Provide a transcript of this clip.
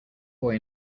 boy